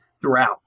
throughout